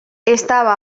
estava